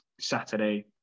Saturday